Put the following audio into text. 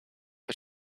but